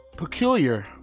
peculiar